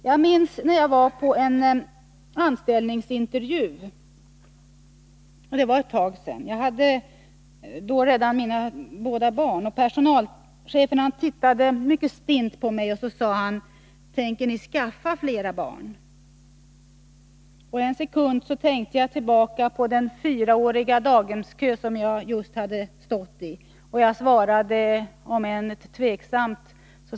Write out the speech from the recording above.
Jag minns när jag var på en anställningsintervju. Det var ett tag sedan. Jag hade då redan mina båda barn, och personalchefen tittade mycket stint på mig och sade: Tänker ni skaffa flera barn? En sekund tänkte jag tillbaka på den fyraåriga daghemskö som jag just hade stått i, och jag svarade nej, om än tveksamt.